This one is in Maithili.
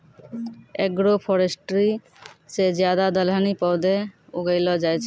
एग्रोफोरेस्ट्री से ज्यादा दलहनी पौधे उगैलो जाय छै